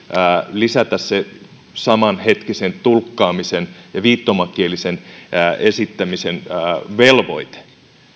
lisätä se samanhetkisen tulkkaamisen ja viittomakielisen esittämisen velvoite